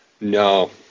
No